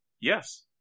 Yes